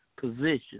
position